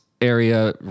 area